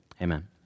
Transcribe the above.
Amen